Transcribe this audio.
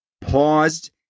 paused